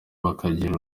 bakagira